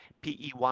pey